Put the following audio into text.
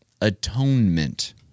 atonement